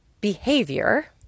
behavior